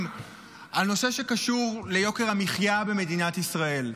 על נושא שקשור ליוקר המחיה במדינת ישראל.